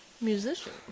musician